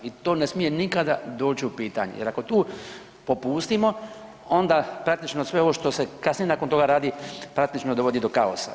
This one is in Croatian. I to ne smije nikada doći u pitanje jer ako tu popustimo onda praktično sve ovo što se kasnije nakon toga radi praktično dovodi do kaosa.